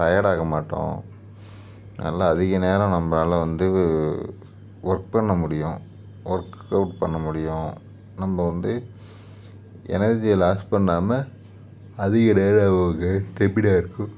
tired ஆக மாட்டோம் நல்லா அதிக நேரம் நம்மளால வந்து ஒர்க் பண்ண முடியும் ஒர்க்கவுட் பண்ண முடியும் நம்ம வந்து எனர்ஜியை லாஸ் பண்ணாமல் அதிக நேரம் வந்து ஸ்டெமினா இருக்கும்